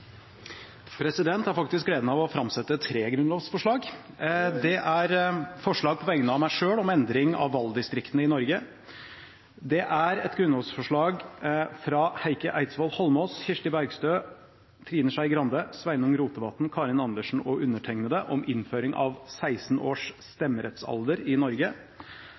Jeg har gleden av å framsette tre grunnlovsforslag. Det er grunnlovsforslag på vegne av meg selv om endring i § 57, endring av valgdistriktene i Norge. Det er grunnlovsforslag fra representantene Heikki Eidsvoll Holmås, Kirsti Bergstø, Karin Andersen, Sveinung Rotevatn, Trine Skei Grande og meg selv om endring i §§ 12, 50 og 61, innføring av 16 års stemmerettsalder.